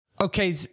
Okay